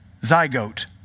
zygote